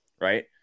right